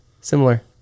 similar